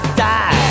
die